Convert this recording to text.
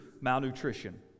malnutrition